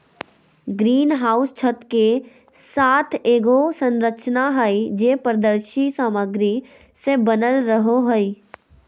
green house छत के साथ एगो संरचना हइ, जे पारदर्शी सामग्री से बनल रहो हइ